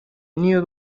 n’iyo